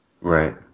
Right